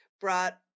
brought